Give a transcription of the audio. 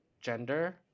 gender